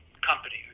company